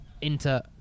Inter